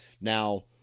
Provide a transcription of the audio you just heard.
now